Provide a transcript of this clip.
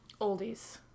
Oldies